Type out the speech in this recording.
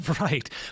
Right